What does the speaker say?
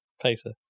Pacer